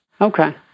Okay